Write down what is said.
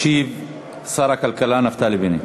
ישיב שר הכלכלה נפתלי בנט.